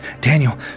Daniel